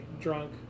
drunk